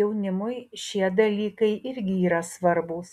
jaunimui šie dalykai irgi yra svarbūs